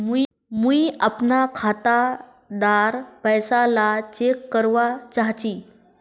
मुई अपना खाता डार पैसा ला चेक करवा चाहची?